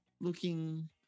looking